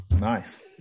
nice